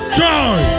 joy